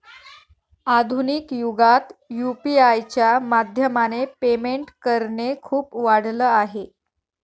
आधुनिक युगात यु.पी.आय च्या माध्यमाने पेमेंट करणे खूप वाढल आहे